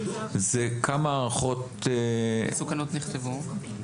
זה כמה הערכות מסוכנות נכתבו,